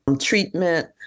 treatment